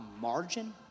margin